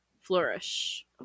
Flourish